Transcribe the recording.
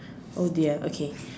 oh dear okay